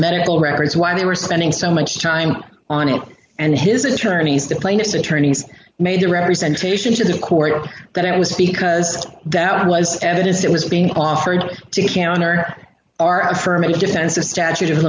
medical records why they were spending so much time on it and his attorneys the plaintiff's attorneys made a representation to the court that i was because that was evidence that was being offered to the can or are affirmative defense a statute of